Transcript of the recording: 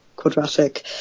quadratic